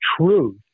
truth